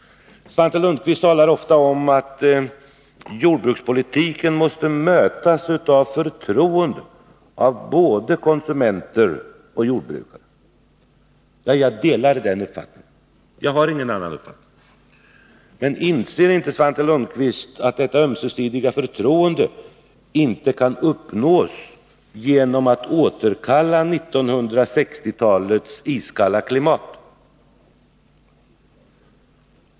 Svante Lundkvist talar ofta om att jordbrukspolitiken måste mötas av förtroende från både konsumenter och jordbrukare. Jag delar den uppfattningen. Men inser inte Svante Lundkvist att detta ömsesidiga förtroende inte kan uppnås genom att man återkallar 1960-talets iskalla klimat?